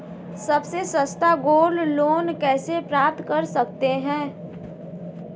सबसे सस्ता gold loan कैसे प्राप्त कर सकते हैं?